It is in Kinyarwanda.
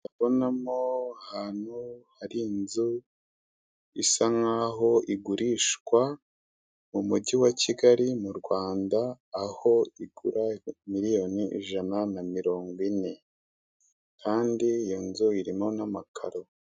Ndabonamo ahantu hari inzu isa nkaho igurishwa mu mujyi wa Kigali mu Rwanda aho igura miliyoni ijana na mirongo ine. Kandi inzu irimo amakaro.